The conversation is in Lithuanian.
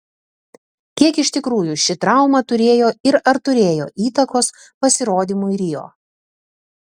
kiek iš tikrųjų šį trauma turėjo ir ar turėjo įtakos pasirodymui rio